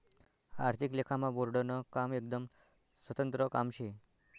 आर्थिक लेखामा बोर्डनं काम एकदम स्वतंत्र काम शे